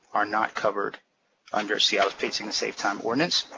are not, covered under seattle paid sick and safe time ordinance.